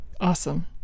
Awesome